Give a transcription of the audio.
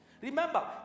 Remember